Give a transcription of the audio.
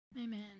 Amen